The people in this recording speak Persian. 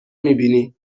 میبینی